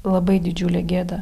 labai didžiulę gėdą